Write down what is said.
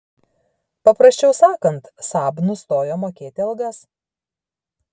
paprasčiau sakant saab nustojo mokėti algas